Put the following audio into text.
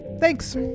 thanks